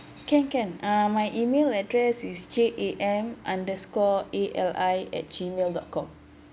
can can uh my email address is J_A_M underscore A_L_I at G mail dot com